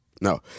no